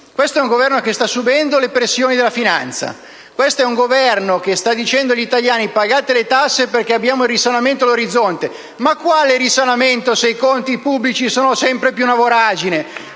questo è un Governo che sta subendo le pressioni della finanza, questo è un Governo che sta dicendo agli italiani di pagare le tasse perché il risanamento è all'orizzonte. Ma quale risanamento, se i conti pubblici sono sempre più una voragine?